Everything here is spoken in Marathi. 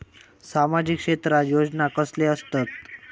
सामाजिक क्षेत्रात योजना कसले असतत?